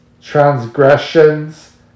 transgressions